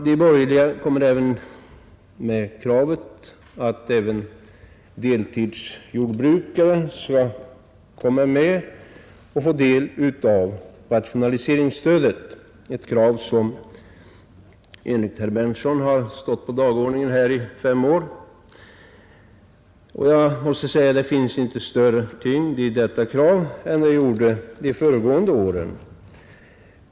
De borgerliga framför också kravet att även deltidsjordbrukare skall få del av rationaliseringsstödet, ett krav som enligt herr Berndtsson stått på dagordningen här i fem år. Jag måste säga att det inte ligger större tyngd i detta krav nu än det gjort de föregående åren.